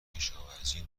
کشاورزی